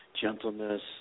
gentleness